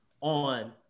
on